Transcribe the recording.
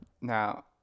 Now